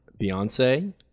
Beyonce